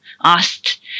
asked